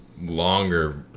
longer